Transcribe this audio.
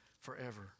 forever